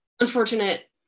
unfortunate